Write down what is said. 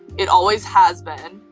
it always has been.